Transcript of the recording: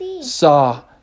saw